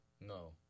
No